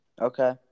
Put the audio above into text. Okay